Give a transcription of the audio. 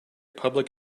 public